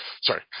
sorry